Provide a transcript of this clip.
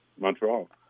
Montreal